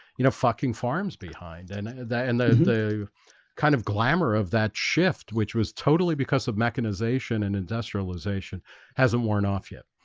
you know fucking farms behind and that and the the kind of glamour of that shift which was totally because of mechanization and industrialization hasn't worn off yet